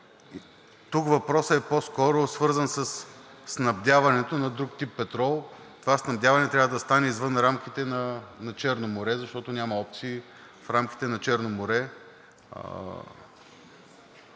Тук въпросът е по-скоро свързан със снабдяването на друг тип петрол. Това снабдяване трябва да стане извън рамките на Черно море, защото няма опции в рамките на Черно море